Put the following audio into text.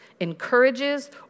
encourages